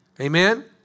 Amen